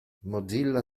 mozilla